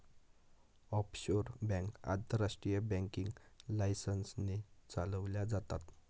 offshore bank आंतरराष्ट्रीय banking licence ने चालवल्या जातात